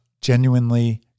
genuinely